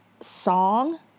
song